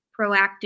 Proactive